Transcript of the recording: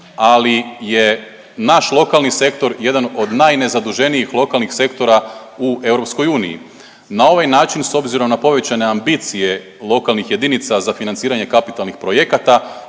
ali je naš lokalni sektor jedan od najnezaduženijih lokalnih sektora u EU. Na ovaj način s obzirom na povećane ambicije lokalnih jedinica za financiranje kapitalnih projekata